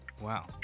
wow